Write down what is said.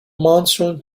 monsoon